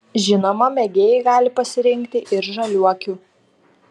žinoma mėgėjai gali pasirinkti ir žaliuokių